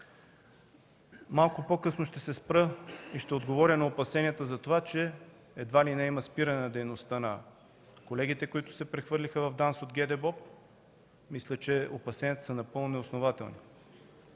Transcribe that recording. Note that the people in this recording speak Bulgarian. Малко по-късно ще отговоря на опасенията, че едва ли не има спиране на дейността на колегите, които се прехвърлиха в ДАНС от ГДБОП. Мисля, че опасенията са напълно неоснователни.